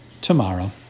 tomorrow